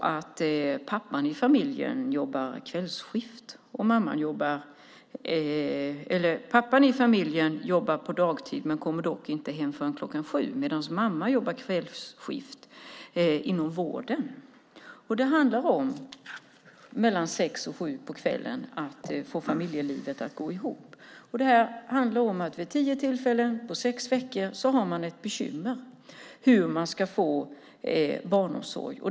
Pappan i familjen jobbar dagtid men kommer inte hem förrän kl. 19. Mamman jobbar kvällsskift inom vården. Det handlar om att få familjelivet att gå ihop mellan kl. 18 och 19 på kvällen. Vid tio tillfällen på sex veckor har man ett bekymmer för hur man ska få barnomsorg.